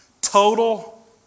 Total